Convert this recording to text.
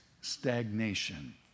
stagnation